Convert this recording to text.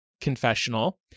confessional